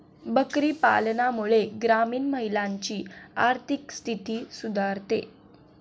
बकरी पालनामुळे ग्रामीण महिलांची आर्थिक स्थिती सुधारते